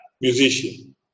musician